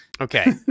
Okay